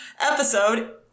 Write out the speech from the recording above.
episode